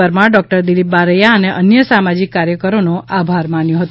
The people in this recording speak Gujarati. પરમાર ડૉક્ટર દિલીપ બારૈયા અને અન્ય સામાજિક કાર્યકરોનો આભાર માન્યો હતો